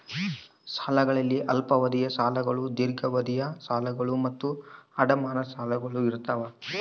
ಸಾಲಗಳಲ್ಲಿ ಅಲ್ಪಾವಧಿಯ ಸಾಲಗಳು ದೀರ್ಘಾವಧಿಯ ಸಾಲಗಳು ಮತ್ತು ಅಡಮಾನ ಸಾಲಗಳು ಇರ್ತಾವ